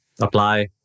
apply